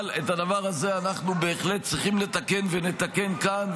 אבל את הדבר הזה אנחנו בהחלט צריכים לתקן ונתקן כאן.